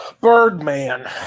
Birdman